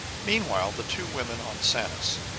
meanwhile the two women on sanus,